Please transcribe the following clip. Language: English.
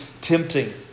tempting